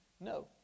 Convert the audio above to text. no